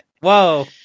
Whoa